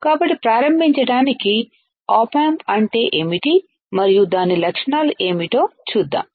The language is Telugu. కాబట్టి ప్రారంభించడానికి ఆప్ ఆంప్అంటే ఏమిటి మరియు దాని లక్షణాలు ఏమిటో చూద్దాం